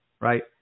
right